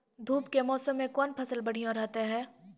धूप के मौसम मे कौन फसल बढ़िया रहतै हैं?